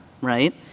right